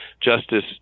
Justice